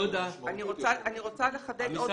אני רוצה לחדד עוד משהו.